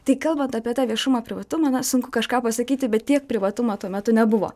tai kalbant apie tą viešumą privatumą na sunku kažką pasakyti bet tiek privatumo tuo metu nebuvo